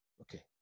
Okay